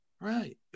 right